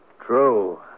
True